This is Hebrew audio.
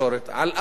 על אף זאת